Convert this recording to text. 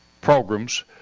programs